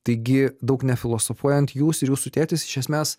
taigi daug nefilosofuojant jūs ir jūsų tėtis iš esmės